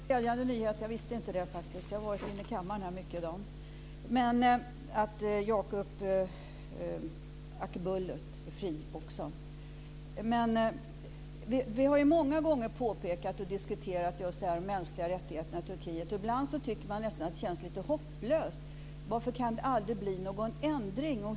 Fru talman! Det var en glädjande nyhet. Jag visste faktiskt inte om att Yusuf Akbulut också är fri, för jag har varit mycket här inne i kammaren i dag. Vi har många gånger påpekat och diskuterat de mänskliga rättigheterna i Turkiet. Ibland tycker man nästan att det känns lite hopplöst. Varför kan det aldrig bli någon ändring?